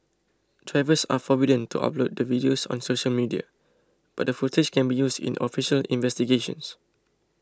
drivers are forbidden to upload the videos on social media but the footage can be used in official investigations